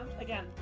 Again